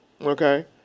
Okay